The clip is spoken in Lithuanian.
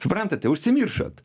suprantate užsimiršot